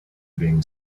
being